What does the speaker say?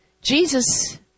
Jesus